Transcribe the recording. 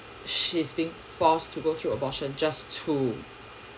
she's being forced to go through abortion just to